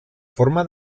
forma